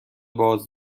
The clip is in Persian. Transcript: باز